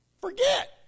forget